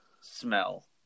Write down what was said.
smell